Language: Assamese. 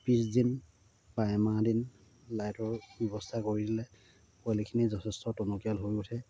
বিছদিন বা এমাহ দিন লাইটৰ ব্যৱস্থা কৰি দিলে পোৱালিখিনি যথেষ্ট টনকিয়াল হৈ উঠে